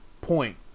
point